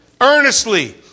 Earnestly